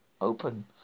open